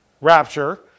Rapture